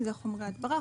שזה חומרי הדברה,